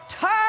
Turn